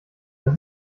das